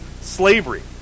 slavery